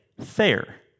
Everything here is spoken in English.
fair